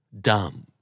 dumb